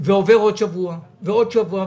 עבר עוד שבוע ועוד שבוע,